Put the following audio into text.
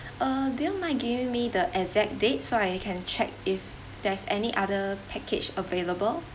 uh do you mind give me the exact date so I can check if there's any other package available